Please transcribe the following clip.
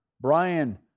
Brian